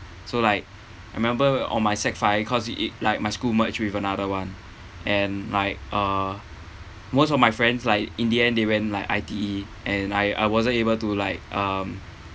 so like I remember on my sec five cause it it like my school merge with another one and like uh most of my friends like in the end they went like I_T_E and I I wasn't able to like um